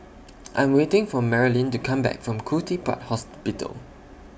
I Am waiting For Marlyn to Come Back from Khoo Teck Puat Hospital